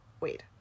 Wait